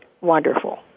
wonderful